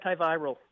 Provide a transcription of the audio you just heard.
antiviral